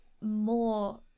more